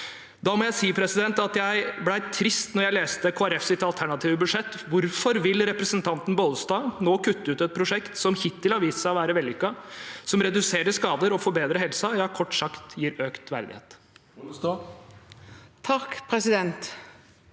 Da må jeg si at jeg ble trist da jeg leste Kristelig Folkepartis alternative budsjett. Hvorfor vil representanten Bollestad nå kutte ut et prosjekt som hittil har vist seg å være vellykket, som reduserer skader og forbedrer helsen – ja, som kort sagt gir økt verdighet?